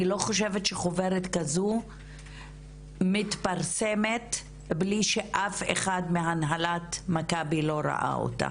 אני לא חושבת שחוברת כזו מתפרסמת בלי שאף אחד מהנהלת מכבי לא ראה אותה.